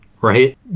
right